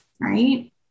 right